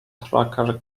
tucker